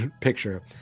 picture